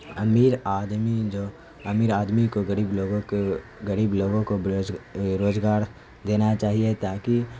امیر آدمی جو امیر آدمی کو غریب لوگوں کو غریب لوگوں کو بے روز روز گار دینا چاہیے تاکہ